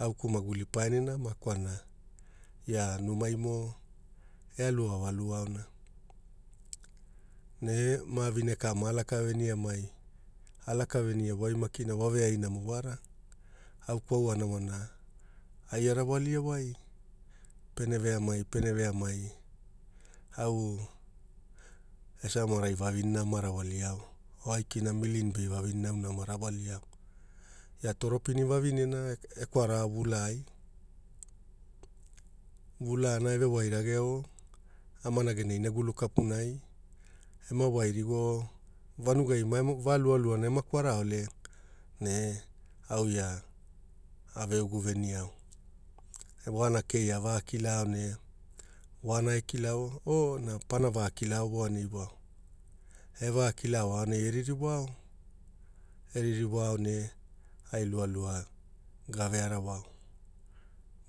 Au geku mauli paena nama kwalana ia numaimo e aloao aluaona ne ma avine ka alaka venia wai, alaka venia wai veveainamo wara, au kwaua namana ai arawaliwai, pene veamai, pene veamai au esamarai vavine ama rawalio o aikina Milin Bei vavinena auna ama rawalio. Ia Toropin vavinena e kwarao vulai. Vula ana eve wai rageo amana gena inagulu kapunai, ema wai rig o vanugana vaa lualua ema kwara ole ne au ia aveuga veniao, vewala kei aakilao ne aonai ekilao o pono vakila ovoa neiwao, evakitao aonai eririwao, eririwao ne ai lualua gave arawao.